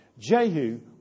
Jehu